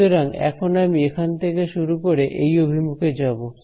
সুতরাং এখন আমি এখান থেকে শুরু করে এই অভিমুখে যাব